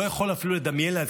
לא יכול אפילו לדמיין לעצמי,